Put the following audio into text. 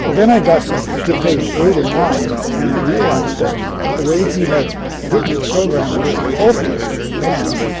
then i got to page eight or nine, and i realized that the way he had written his program was hopelessly wrong.